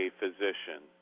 physician